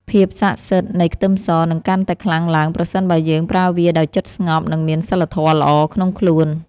ភាពស័ក្តិសិទ្ធិនៃខ្ទឹមសនឹងកាន់តែខ្លាំងឡើងប្រសិនបើយើងប្រើវាដោយចិត្តស្ងប់និងមានសីលធម៌ល្អក្នុងខ្លួន។